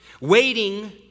waiting